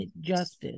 justice